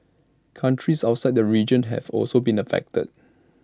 countries outside the region have also been affected